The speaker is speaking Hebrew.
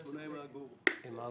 תמונה עם העגור.